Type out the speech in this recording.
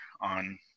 on